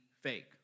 fake